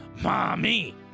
Mommy